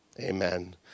Amen